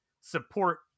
support